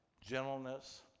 gentleness